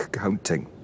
counting